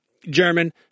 German